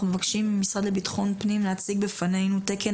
אנחנו מבקשים מהמשרד לביטחון פנים להציג בפנינו תקן